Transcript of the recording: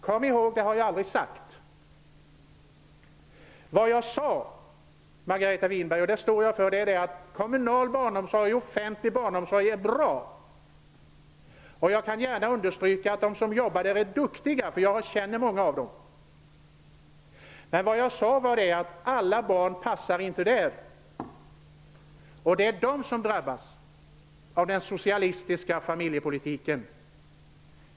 Kom ihåg att jag aldrig har sagt det! Jag sade, och det står jag för, att kommunal barnomsorg och offentlig barnomsorg är bra. Jag kan gärna understryka att de som jobbar där är duktiga. Jag känner många av dem. Jag sade att alla barn inte passar där. Det är de som drabbas av den socialistiska familjepolitiken.